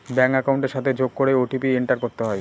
bank একাউন্টের সাথে যোগ করে ও.টি.পি এন্টার করতে হয়